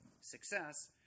success